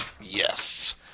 Yes